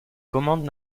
commandes